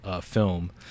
film